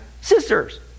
sisters